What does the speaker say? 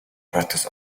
photos